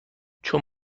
چون